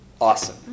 Awesome